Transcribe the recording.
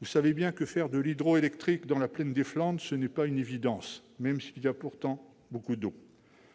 Vous le savez, faire de l'hydroélectrique dans la plaine des Flandres n'est pas une évidence. Pourtant, de l'eau,